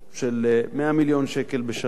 של 100 מיליון שקל בשנה.